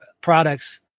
products